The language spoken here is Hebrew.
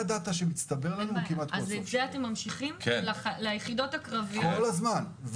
אנחנו ממשיכים עם זה לא רק ליחידותה קרביות,